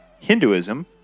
Hinduism